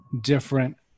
different